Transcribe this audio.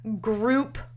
group